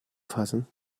fassen